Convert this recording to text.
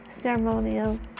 ceremonial